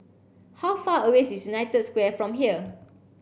how far away is United Square from here